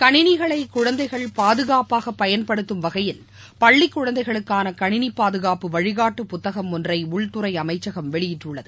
கணினிகளை குழந்தைகள் பாதுகாப்பாக பயன்படுத்தும் வகையில் பள்ளிக் குழந்தைகளுக்கான கணினி பாதுகாப்பு வழிகாட்டு புத்தகம் ஒன்றை உள்துறை அமைச்சகம் வெளியிட்டுள்ளது